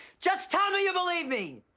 just tell me you believe me!